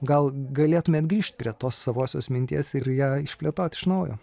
gal galėtumėt grįžt prie tos savosios minties ir ją išplėtot iš naujo